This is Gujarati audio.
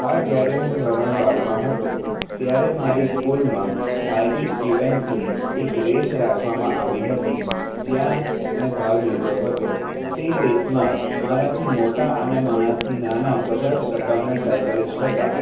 હા જ્યારે હું ધોરણ બારમાં હતો ત્યારે મારી સ્કૂલમાં બાઈકિંગ ઇવેન્ટ્સની એક રેસ રાખવામાં આવી હતી જ્યાં મેં ભાગ લીધી હતો તે રેસમાં મારાથી મોટા અને મારાથી નાના બધા જ પ્રકારના સાઈકલિસ્ટ હતા